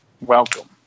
welcome